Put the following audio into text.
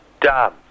Done